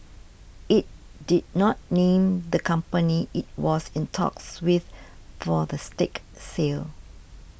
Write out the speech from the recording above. it did not name the company it was in talks with for the stake sale